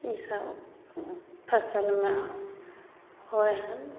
ई सब फसलमे होइ हइ